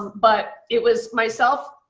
but it was myself.